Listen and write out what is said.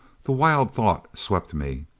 the wild thought swept me.